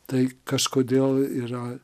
tai kažkodėl yra